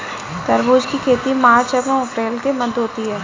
तरबूज की खेती मार्च एंव अप्रैल के मध्य होती है